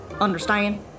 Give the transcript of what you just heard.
Understand